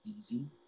easy